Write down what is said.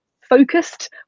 focused